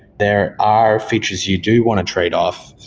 there are features you do want to tradeoff.